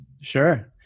Sure